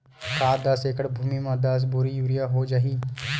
का दस एकड़ भुमि में दस बोरी यूरिया हो जाही?